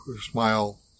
smile